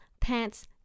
pants